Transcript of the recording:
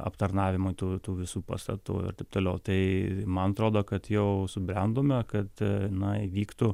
aptarnavimui tų tų visų pastatų ir taip toliau tai man atrodo kad jau subrendome kad na įvyktų